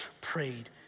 prayed